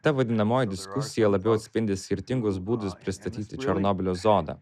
ta vadinamoji diskusija labiau atspindi skirtingus būdus pristatyti černobylio zoną